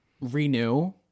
renew